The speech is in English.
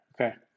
Okay